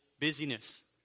busyness